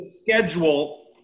schedule